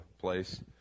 place